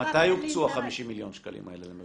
מתי הוקצו ה-50 מיליון שקלים האלה?